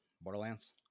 Borderlands